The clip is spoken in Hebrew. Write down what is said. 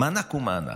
מענק הוא מענק.